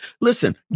Listen